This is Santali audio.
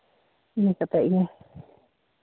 ᱚᱱᱠᱟ ᱠᱟᱛᱮᱫ ᱜᱮ